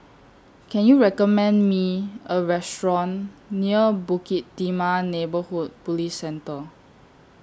Can YOU recommend Me A Restaurant near Bukit Timah Neighbourhood Police Centre